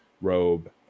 robe